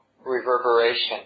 reverberation